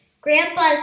Grandpa's